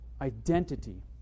identity